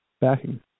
backing